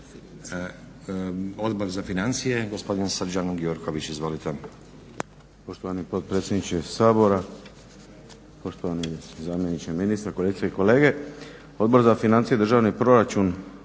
Odbor za financije, gospodin Srđan Gjurković.